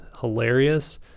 hilarious